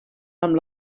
amb